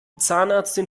zahnärztin